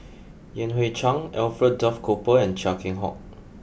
Yan Hui Chang Alfred Duff Cooper and Chia Keng Hock